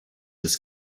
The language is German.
des